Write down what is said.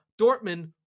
Dortmund